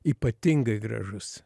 ypatingai gražus